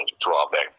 drawback